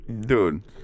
Dude